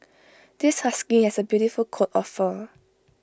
this husky has A beautiful coat of fur